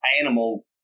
animal